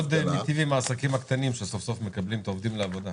זה מאוד מיטיב עם העסקים הקטנים שסוף סוף מקבלים את העובדים לעבודה.